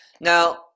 Now